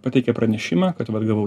pateikė pranešimą kad vat gavau